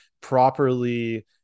properly